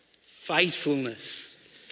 Faithfulness